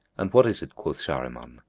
and what is it? quoth shahriman,